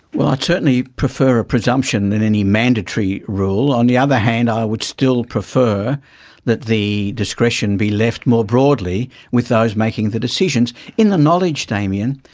well, i'd certainly prefer a presumption than any mandatory rule. on the other hand i would still prefer that the discretion be left more broadly with those making the decisions, in the knowledge, damien,